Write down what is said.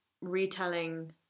retelling